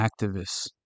activists